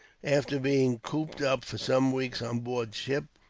after being cooped up for some weeks on board ship,